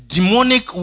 Demonic